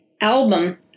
album